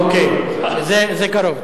אוקיי, זה קרוב.